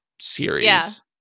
series